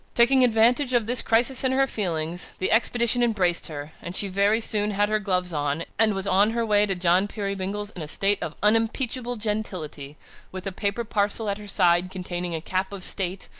taking advantage of this crisis in her feelings, the expedition embraced her and she very soon had her gloves on, and was on her way to john peerybingle's in a state of unimpeachable gentility with a paper parcel at her side containing a cap of state,